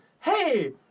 Hey